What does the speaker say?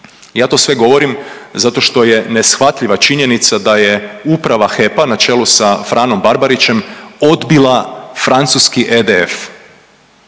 Ja to sve govorim zato što je neshvatljiva činjenica da je Uprava HEP-a, na čelu sa Franom Barbarićem odbila francuski EDF.